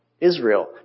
Israel